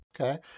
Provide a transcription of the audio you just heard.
Okay